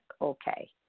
okay